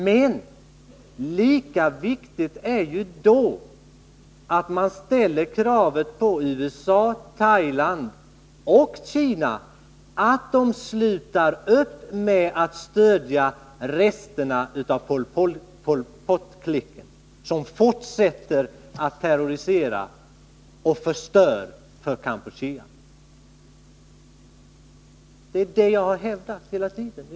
Men lika viktigt är det ju då att man ställer kravet på USA, Thailand och Kina att de slutar upp med att stödja resterna av Pol Pot-klicken som fortsätter att terrorisera och förstöra för Kampuchea. Det är detta jag hela tiden har hävdat.